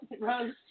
Rose